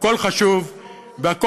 זה חשוב וזה חשוב.